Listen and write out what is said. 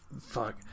fuck